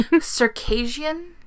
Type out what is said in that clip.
Circassian